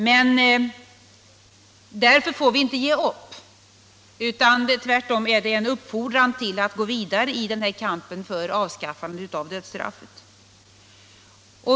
Men därför får vi inte ge upp, utan det bör tvärtom vara en uppfordran till oss att gå vidare i kampen för avskaffande av dödsstraffet.